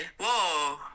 Whoa